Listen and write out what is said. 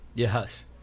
Yes